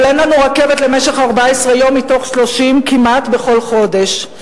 אבל אין לנו רכבת למשך 14 יום מתוך 30 כמעט בכל חודש.